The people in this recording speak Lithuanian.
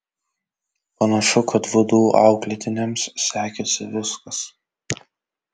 panašu kad vdu auklėtiniams sekėsi viskas